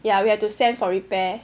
ya we have to send for repair